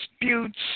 disputes